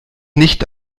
nicht